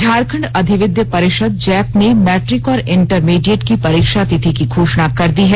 झारखंड अधिविद्य परिषद जैक ने मैट्रिक और इंटरमीडिएट की परीक्षा तिथि की घोषणा कर दी है